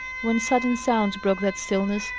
when sudden sounds broke that stillness,